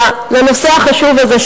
בנושא החשוב הזה,